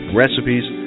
recipes